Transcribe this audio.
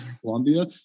Colombia